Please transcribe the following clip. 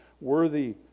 worthy